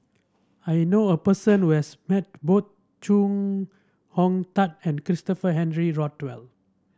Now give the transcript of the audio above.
I know a person who has met both Chong Hong Tat and Christopher Henry Rothwell